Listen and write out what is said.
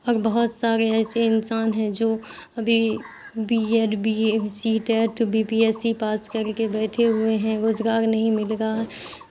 اور بہت سارے ایسے انسان ہیں جو ابھی B Ed B A C TET B P S C pass کل کے بیٹھے ہوئے ہیں روزگار نہیں مل رہا